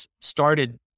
started